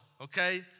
okay